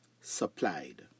supplied